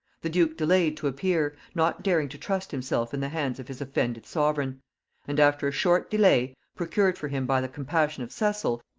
the duke delayed to appear, not daring to trust himself in the hands of his offended sovereign and after a short delay, procured for him by the compassion of cecil,